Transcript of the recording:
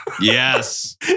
Yes